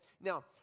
Now